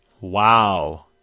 Wow